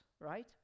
right